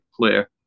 player